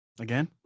Again